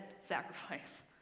sacrifice